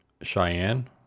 Cheyenne